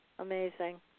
Amazing